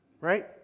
right